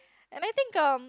and I think um